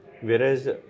whereas